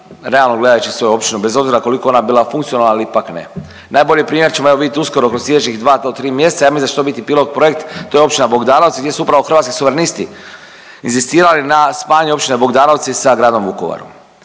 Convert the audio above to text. realno gledajući, svoju općinu, bez obzira koliko ona bila funkcionalna ili ipak ne. Najbolji primjer ćemo evo vidjeti uskoro kroz sljedećih dva do tri mjeseca. Ja mislim da će to biti pilot projekt. To je općina Bogdanovac, gdje su upravo Hrvatski suverenisti inzistirali na spajanje općine Bogdanovci sa gradom Vukovarom.